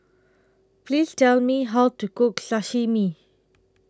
Please Tell Me How to Cook Sashimi